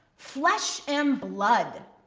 flesh and blood,